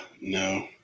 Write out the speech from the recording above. no